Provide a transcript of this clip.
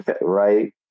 Right